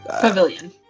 pavilion